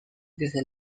desde